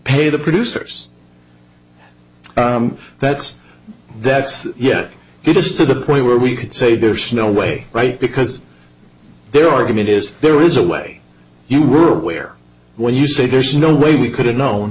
pay the producers that's that's yes it is to the point where we could say there's no way right because their argument is there is a way you were where when you say there's no way we could have known